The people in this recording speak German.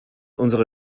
unsere